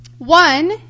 One